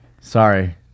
Sorry